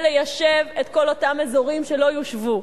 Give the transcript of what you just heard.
ליישב את כל אותם אזורים שלא יושבו,